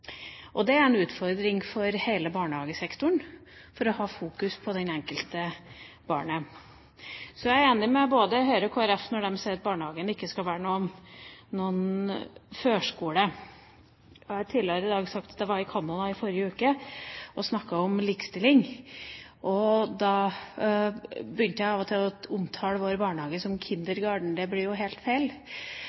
Det er en utfordring for hele barnehagesektoren å fokusere på det enkelte barnet. Så er jeg enig med både Høyre og Kristelig Folkeparti når de sier at barnehagen ikke skal være noen førskole. Jeg har tidligere i dag sagt at jeg var i Canada i forrige uke og snakket om likestilling. Da begynte jeg av og til å omtale vår barnehage som «Kindergarten». Det blir jo helt feil,